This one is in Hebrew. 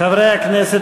חברי הכנסת,